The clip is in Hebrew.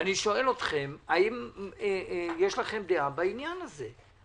אני שואל אתכם האם יש לכם דעה בעניין הזה.